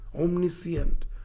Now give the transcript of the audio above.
omniscient